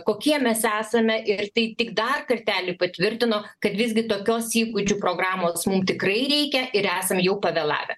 kokie mes esame ir tai tik dar kartelį patvirtino kad visgi tokios įgūdžių programos mum tikrai reikia ir esam jau pavėlavę